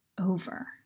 over